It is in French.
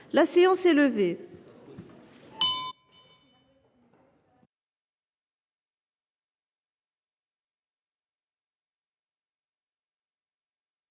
La séance est levée.